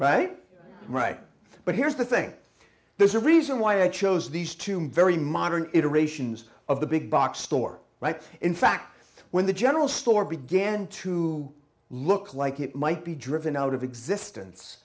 right right but here's the thing there's a reason why it shows these two mm very modern iterations of the big box store right in fact when the general store began to look like it might be driven out of existence